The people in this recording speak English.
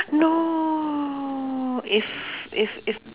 no if if if